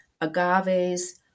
agaves